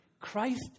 Christ